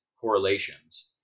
correlations